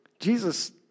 Jesus